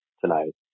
tonight